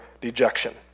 dejection